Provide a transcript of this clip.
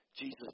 Jesus